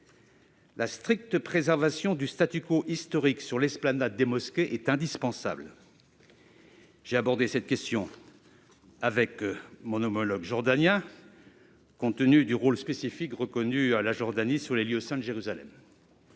La stricte préservation du historique sur l'esplanade des mosquées est indispensable ; j'ai abordé cette question avec mon homologue jordanien, compte tenu du rôle spécifique reconnu à la Jordanie sur les lieux saints de Jérusalem.